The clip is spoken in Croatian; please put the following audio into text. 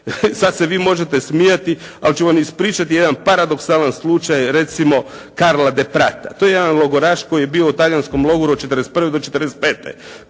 Sada se vi možete smijati, ali ću vam ispričati jedan paradoksalan slučaj, recimo Karla Deprata. To je jedan logoraš koji je bio u talijanskom logoru od 41. do 45.